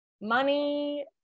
money